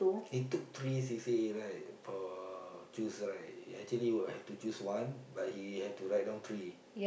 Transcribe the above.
he took three C_C_A right for choose right he actually have to choose one but he have to write down three